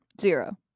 Zero